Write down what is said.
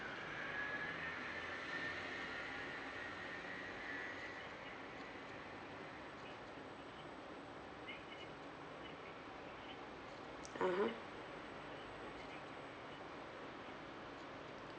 (uh huh)